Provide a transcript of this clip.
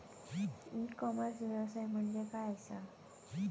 E commerce व्यवसाय म्हणजे काय असा?